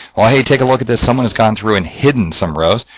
well hey, take a look at this. someone has gone through and hidden some rows.